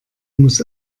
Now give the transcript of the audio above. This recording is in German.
muss